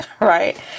right